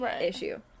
issue